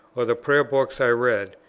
or the prayer books i read,